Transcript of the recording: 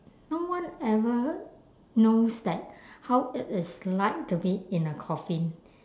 no one ever knows that how it is like to be in a coffin